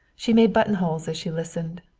she made buttonholes as she listened,